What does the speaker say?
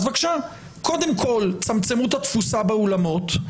אז בבקשה, קודם כל צמצמו את התפוסה באולמות.